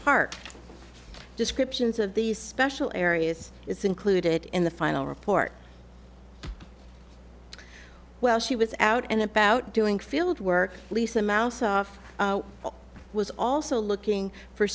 park descriptions of these special areas is included in the final report well she was out and about doing field work lisa mouse off was also looking for